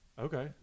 Okay